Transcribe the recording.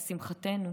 לשמחתנו,